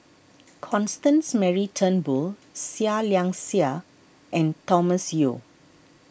Constance Mary Turnbull Seah Liang Seah and Thomas Yeo